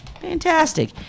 Fantastic